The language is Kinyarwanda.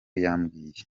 yambwiye